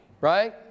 right